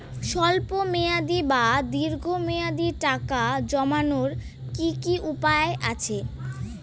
স্বল্প মেয়াদি বা দীর্ঘ মেয়াদি টাকা জমানোর কি কি উপায় আছে?